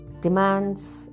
demands